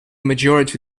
majority